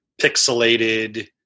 pixelated